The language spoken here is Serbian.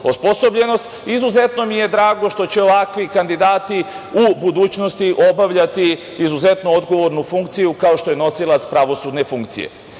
osposobljenost i izuzetno mi je drago što će ovakvi kandidati u budućnosti obavljati izuzetno odgovornu funkciju, kao što je nosilac pravosudne funkcije. Ono